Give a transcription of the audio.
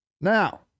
Now